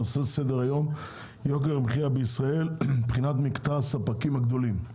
נושא סדר היום יוקר המחיה בישראל בחינת מקטע הספקים הגדולים.